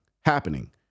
happening